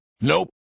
Nope